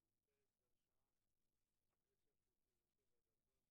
והשעה 10:37. אני מתנצל על האיחור,